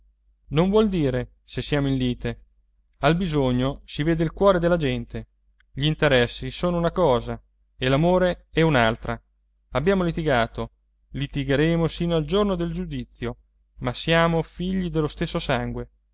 non vuol dire se siamo in lite al bisogno si vede il cuore della gente gli interessi sono una cosa e l'amore è un'altra abbiamo litigato litigheremo sino al giorno del giudizio ma siamo figli dello stesso sangue